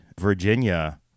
Virginia